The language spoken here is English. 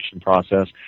process